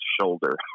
shoulder